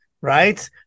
Right